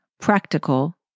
practical